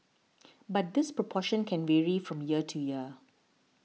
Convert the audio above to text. but this proportion can vary from year to year